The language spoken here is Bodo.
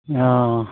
अ